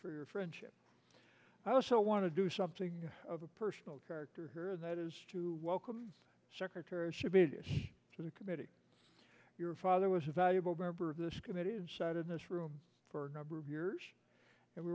for your friendship i also want to do something of a personal character here that is to welcome secretary should be to the committee your father was a valuable member of this committee and sat in this room for a number of years and we